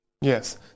yes